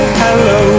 hello